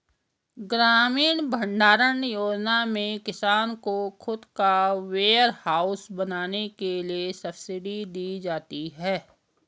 ग्रामीण भण्डारण योजना में किसान को खुद का वेयरहाउस बनाने के लिए सब्सिडी दी जाती है